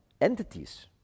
entities